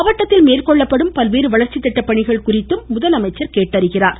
மாவட்டத்தில் மேற்கொள்ளப்படும் பல்வேறு வளர்ச்சி திட்டப்பணிகள் குறித்து முதலமைச்சர் கேட்டறிகிறார்